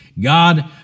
God